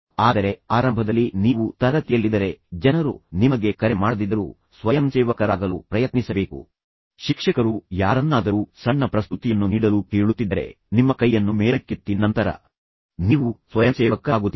ಆದರೆ ಆರಂಭದಲ್ಲಿ ನೀವು ತರಗತಿಯಲ್ಲಿದ್ದರೆ ಜನರು ನಿಮಗೆ ಕರೆ ಮಾಡದಿದ್ದರೂ ಸ್ವಯಂಸೇವಕರಾಗಲು ಪ್ರಯತ್ನಿಸಬೇಕು ಶಿಕ್ಷಕರು ಯಾರನ್ನಾದರೂ ಸಣ್ಣ ಪ್ರಸ್ತುತಿಯನ್ನು ನೀಡಲು ಕೇಳುತ್ತಿದ್ದರೆ ನಿಮ್ಮ ಕೈಯನ್ನು ಮೇಲಕ್ಕೆತ್ತಿ ನಂತರ ನೀವು ಸ್ವಯಂಸೇವಕರಾಗುತ್ತೀರಿ